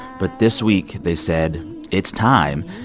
but this week, they said it's time.